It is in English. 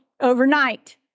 overnight